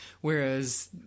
Whereas